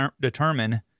determine